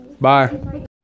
bye